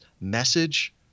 message